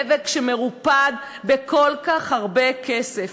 דבק שמרופד בכל כך הרבה כסף.